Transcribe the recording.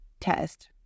test